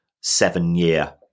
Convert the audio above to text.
seven-year